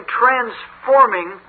transforming